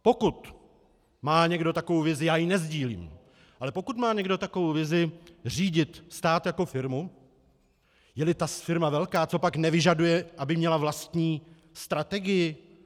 Pokud má někdo takovou vizi já ji nesdílím ale pokud má někdo takovou vizi řídit stát jako firmu, jeli ta firma velká, copak nevyžaduje, aby měla vlastní strategii?